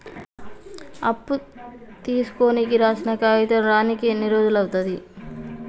అప్పు తీసుకోనికి రాసిన కాగితం రానీకి ఎన్ని రోజులు అవుతది?